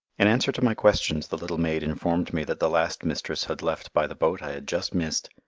in answer to my questions the little maid informed me that the last mistress had left by the boat i had just missed,